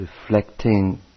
reflecting